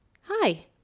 hi